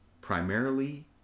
primarily